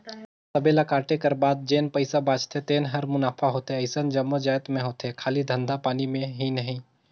सबे ल कांटे कर बाद जेन पइसा बाचथे तेने हर मुनाफा होथे अइसन जम्मो जाएत में होथे खाली धंधा पानी में ही नई